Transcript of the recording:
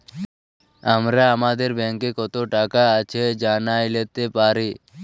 আমরা আমাদের ব্যাংকে কত টাকা আছে জাইলতে পারি